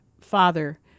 father